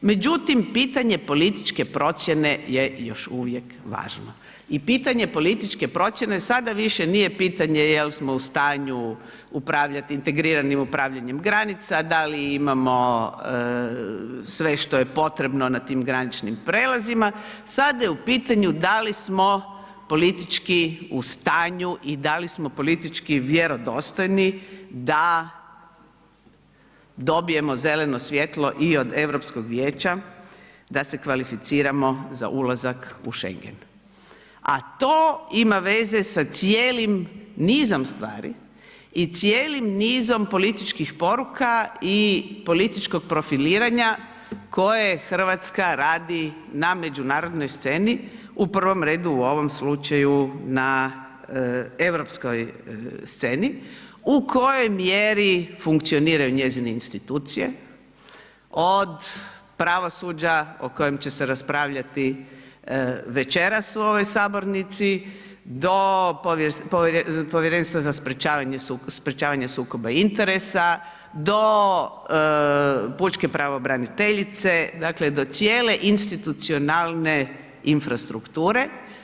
Međutim pitanje političke procjene je još uvijek važno i pitanje političke procjene sada više nije pitanje je li smo u stanju upravljati integriranim upravljanjem granica, da li imamo sve što je potrebno na tim graničnim prelazima, sada je u pitanju da li smo politički u stanju i da li smo politički vjerodostojni da dobijemo zeleno svjetlo i od EU Vijeća da se kvalificiramo za ulazak u Schengen, a to ima veze sa cijelim nizom stvari i cijelim nizom političkih poruka i političkog profiliranja koje Hrvatska na međunarodnoj sceni, u prvom redu na ovom slučaju na europskoj sceni u kojoj mjeri funkcioniraju njene institucije, od pravosuđa, o kojem će se raspravljati večeras u ovoj sabornici do Povjerenstva za sprečavanje sukoba interesa do pučke pravobraniteljice, dakle do cijele institucionalne infrastrukture.